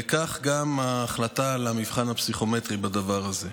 וכך גם ההחלטה על המבחן הפסיכומטרי בדבר הזה.